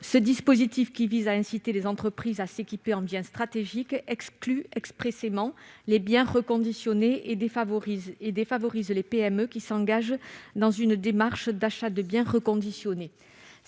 Ce dispositif qui vise à inciter les entreprises à s'équiper en biens stratégiques exclut expressément les biens reconditionnés et défavorise les PME qui s'engagent dans une démarche d'achat de biens reconditionnés.